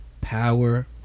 power